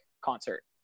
concert